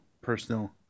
personal